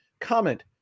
comment